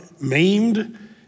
maimed